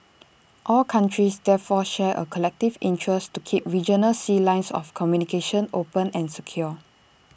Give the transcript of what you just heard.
all countries therefore share A collective interest to keep regional sea lines of communication open and secure